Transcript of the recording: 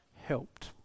helped